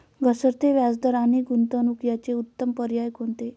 घसरते व्याजदर आणि गुंतवणूक याचे उत्तम पर्याय कोणते?